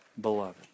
beloved